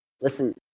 Listen